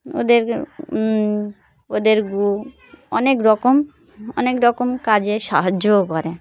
ওদের ওদের গু অনেক রকম অনেক রকম কাজে সাহায্যও করে